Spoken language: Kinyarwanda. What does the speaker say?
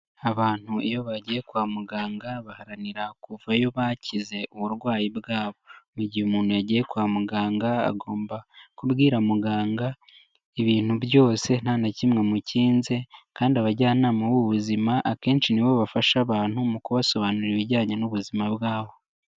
Abantu iyo bagiye kwa muganga baharanira kuvayo bakize uburwayi bwabo. Mu gihe umuntu yagiye kwa muganga agomba kubwira muganga ibintu byose nta na kimwe amukinze kandi abajyanama b'ubuzima akenshi ni bo bafasha abantu mu kubasobanurira ibijyanye n'ubuzima bwabo.